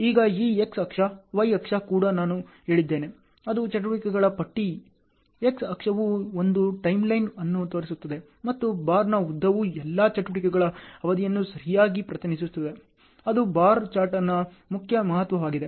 ಈಗ ಈ X ಅಕ್ಷ Y ಅಕ್ಷ ಕೂಡ ನಾನು ಹೇಳಿದ್ದೇನೆ ಅದು ಚಟುವಟಿಕೆಗಳ ಪಟ್ಟಿ x ಅಕ್ಷವು ಒಂದು ಟೈಮ್ಲೈನ್ ಅನ್ನು ತೋರಿಸುತ್ತ ದೆ ಮತ್ತು ಬಾರ್ನ ಉದ್ದವು ಎಲ್ಲಾ ಚಟುವಟಿಕೆಗಳ ಅವಧಿಯನ್ನು ಸರಿಯಾಗಿ ಪ್ರತಿನಿಧಿಸುತ್ತದೆ ಅದು ಬಾರ್ ಚಾರ್ಟ್ನನ ಮುಖ್ಯ ಮಹತ್ವವಾಗಿದೆ